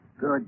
Good